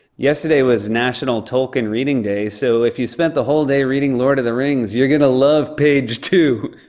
yesterday was national tolkien reading day, so, if you spent the whole day reading lord of the rings, you're gonna love page two.